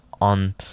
on